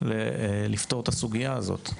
לפתור את הסוגיה הזאת.